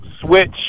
switch